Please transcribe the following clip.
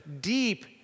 deep